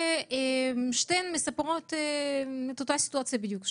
שתיהן מספרות את אותה סיטואציה בדיוק.